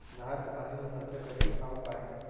नहर के पानी ला संचय करे के का उपाय हे?